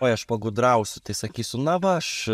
oi aš pagudrausiu tai sakysiu na va aš